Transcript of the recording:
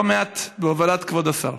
לא מעט בהובלת כבוד השר.